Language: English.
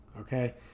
Okay